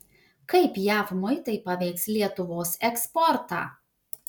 kaip jav muitai paveiks lietuvos eksportą